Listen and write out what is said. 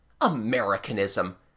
Americanism